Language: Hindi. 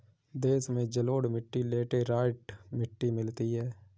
देश में जलोढ़ मिट्टी लेटराइट मिट्टी मिलती है